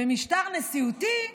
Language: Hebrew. במשטר נשיאותי,